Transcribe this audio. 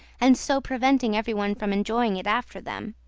and so preventing every one from enjoying it after them.